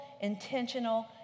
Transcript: intentional